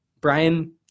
Brian